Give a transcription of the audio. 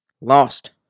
lost